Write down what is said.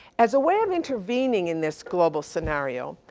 as a way of intervening in this global scenario,